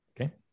Okay